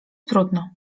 trudno